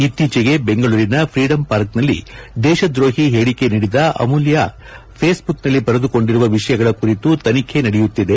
ಇತ್ತೀಚೆಗೆ ಬೆಂಗಳೂರಿನ ಫ್ರೀಡಂ ಪಾರ್ಕ್ನಲ್ಲಿ ದೇಶದ್ರೋಹಿ ಹೇಳಿಕೆ ನೀಡಿದ ಅಮೂಲ್ಯಾ ಫೇಸ್ಬುಕ್ನಲ್ಲಿ ಬರೆದುಕೊಂಡಿರುವ ವಿಷಯಗಳ ಕುರಿತು ತನಿಖೆ ನಡೆಯುತ್ತಿದೆ